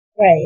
Right